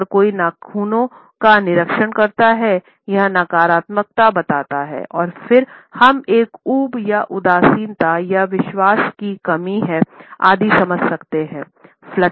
अगर कोई नाखूनों का निरीक्षण करता हैं यह नकारात्मकता बताता है और फिर हम एक ऊब या उदासीनता या विश्वास की कमी है आदि समझ सकते हैं